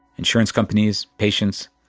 insurance companies, patients,